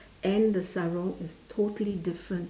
and the sarung is totally different